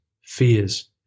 fears